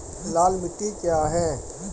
लाल मिट्टी क्या है?